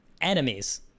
enemies